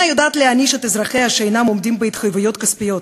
המדינה יודעת להעניש את אזרחיה שאינם עומדים בהתחייבויות כספיות,